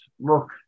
look